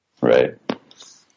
Right